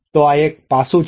તો આ એક પાસું છે